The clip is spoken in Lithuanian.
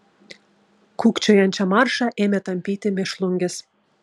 kūkčiojančią maršą ėmė tampyti mėšlungis